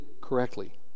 correctly